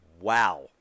wow